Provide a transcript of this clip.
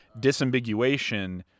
Disambiguation